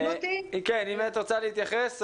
אם את רוצה להתייחס,